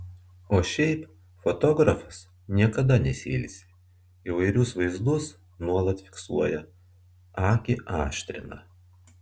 o šiaip fotografas niekada nesiilsi įvairius vaizdus nuolat fiksuoja akį aštrina